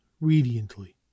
radiantly